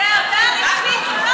זו הודעה רשמית?